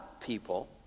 people